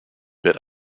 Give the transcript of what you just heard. bit